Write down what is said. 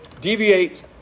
deviate